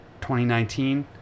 2019